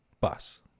bus